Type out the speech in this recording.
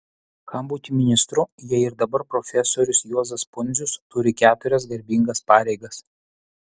kam būti ministru jei ir dabar profesorius juozas pundzius turi keturias garbingas pareigas